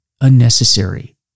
unnecessary